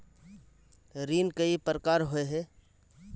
ऋण कई प्रकार होए है?